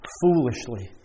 foolishly